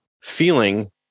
feeling